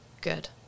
good